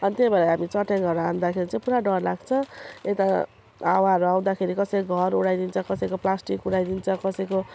अनि त्यही भएर हामी चट्याङहरू हान्दाखेरि चाहिँ पुरा डर लाग्छ यता हावाहरू आउँदाखेरि कसैको घर उडाइदिन्छ कसैको प्लास्टिक उडाइदिन्छ कसैको